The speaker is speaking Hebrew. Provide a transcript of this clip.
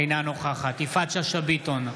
אינה נוכחת יפעת שאשא ביטון,